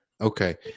okay